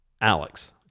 Alex